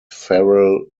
farrell